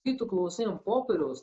kai tu klausai ant popieriaus